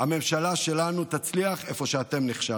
הממשלה שלנו תצליח איפה אתם נכשלתם.